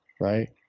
right